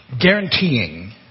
guaranteeing